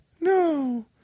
no